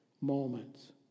moments